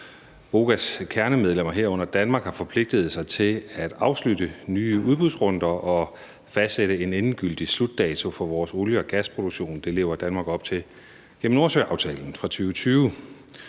BOGA's kernemedlemmer, herunder Danmark, har forpligtet sig til at afslutte nye udbudsrunder og fastsætte en endegyldig slutdato for vores olie- og gasproduktion. Det lever Danmark op til gennem Nordsøaftalen fra 2020.